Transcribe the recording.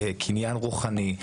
קניין רוחני,